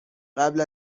قبل